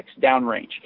downrange